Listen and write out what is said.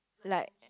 like